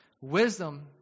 Wisdom